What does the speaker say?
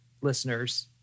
listeners